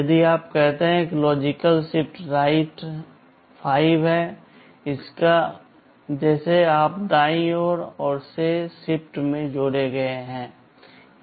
यदि आप कहते हैं कि लॉजिक शिफ्ट राइट 5 हैं जैसे आप दाईं ओर से और शिफ्ट में जोड़े गए हैं